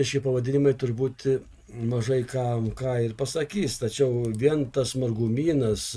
šie pavadinimai turbūti mažai kam ką ir pasakys tačiau vien tas margumynas